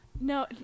no